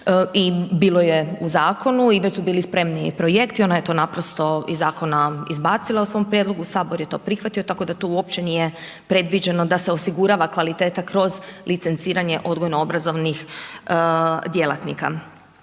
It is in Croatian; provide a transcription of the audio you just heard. i bilo je u zakonu i već su bili spremni projekti, ona je to naprosto iz zakona izbacila u svom prijedlogu, sabor je to prihvatio, tako da to uopće nije predviđeno da se osigurava kvaliteta kroz licenciranje odgojno obrazovnih djelatnika.